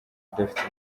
udafite